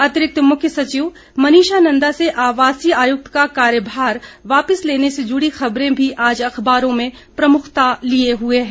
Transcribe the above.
अतिरिक्त मुख्य सचिव मनीषा नंदा से आवासीय आयुक्त का कार्यभार वापिस लेने से जुड़ी खबरें भी आज अखबारों में प्रमुखता लिये हुए है